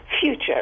future